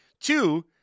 Two